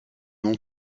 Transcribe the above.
nom